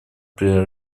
при